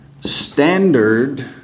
Standard